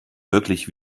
wirklich